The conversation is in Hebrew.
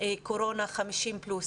קורונה בגילי 50 פלוס?